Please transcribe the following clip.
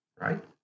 right